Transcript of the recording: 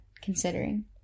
considering